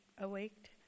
awaked